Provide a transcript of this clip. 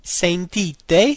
sentite